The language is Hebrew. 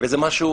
וזה משהו